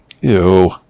Ew